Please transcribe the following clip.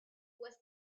was